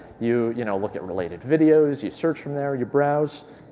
you you know look at related videos, you search from there, you browse.